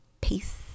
Peace